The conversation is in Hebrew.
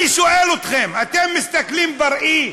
אני שואל אתכם: אתם מסתכלים בראי,